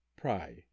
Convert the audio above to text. pry